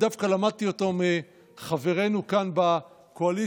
דווקא למדתי אותו מחברנו כאן בקואליציה,